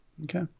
Okay